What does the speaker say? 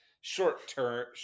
short-term